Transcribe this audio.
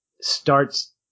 starts